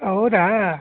ಹೌದಾ